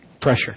pressure